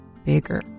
bigger